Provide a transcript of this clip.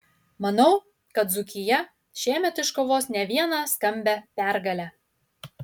manau kad dzūkija šiemet iškovos ne vieną skambią pergalę